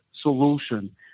solution